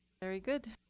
very good.